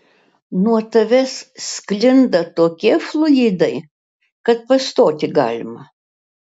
nuo tavęs sklinda tokie fluidai kad pastoti galima